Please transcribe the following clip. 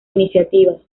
iniciativas